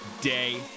day